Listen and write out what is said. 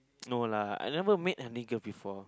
no lah I never make any girl before